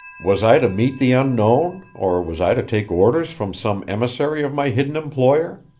was i to meet the unknown? or was i to take orders from some emissary of my hidden employer?